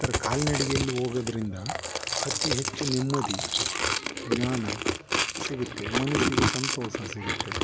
ಈ ಥರ ಕಾಲ್ನಡಿಗೆಯಲ್ಲಿ ಹೋಗೋದ್ರಿಂದ ಅತಿ ಹೆಚ್ಚು ನೆಮ್ಮದಿ ಜ್ಞಾನ ಸಿಗುತ್ತೆ ಮನಸ್ಸಿಗೆ ಸಂತೋಷ ಸಿಗುತ್ತೆ